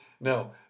Now